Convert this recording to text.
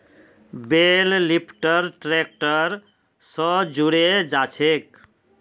बेल lifter tractor स जुड़े जाछेक